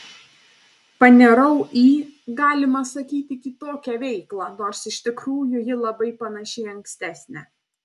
panirau į galima sakyti kitokią veiklą nors iš tikrųjų ji labai panaši į ankstesnę